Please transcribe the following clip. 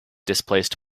displaced